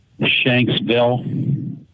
Shanksville